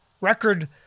record